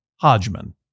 Hodgman